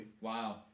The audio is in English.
Wow